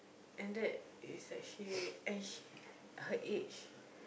and that is actually and she her age